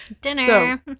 dinner